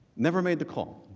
never made the call.